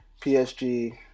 PSG